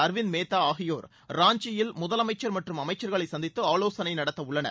அரவிந்த் மேத்தா ஆகியோர் ராஞ்சியில் முதலமைச்சர் மற்றும் அமைச்சர்களைச் சந்தித்து ஆலோசனை நடத்தவுள்ளனர்